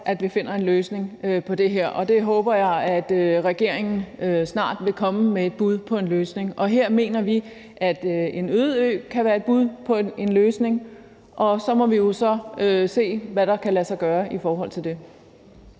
at finde en løsning på det her, og jeg håber, at regeringen snart vil komme med et bud på en løsning. Her mener vi, at en øde ø kan være et bud på en løsning, og så må vi jo se, hvad der kan lade sig gøre i forhold til det.